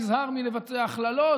נזהר מלבצע הכללות,